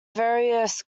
various